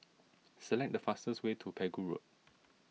select the fastest way to Pegu Road